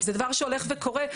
זה דבר שהולך וקורה,